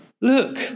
look